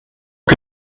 que